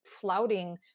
flouting